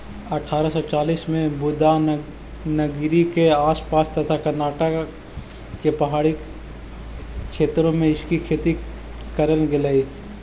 अठारा सौ चालीस में बुदानगिरी के आस पास तथा कर्नाटक के पहाड़ी क्षेत्रों में इसकी खेती करल गेलई